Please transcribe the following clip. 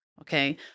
Okay